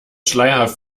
schleierhaft